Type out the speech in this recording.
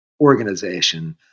organization